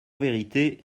vérité